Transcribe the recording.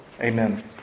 amen